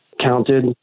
counted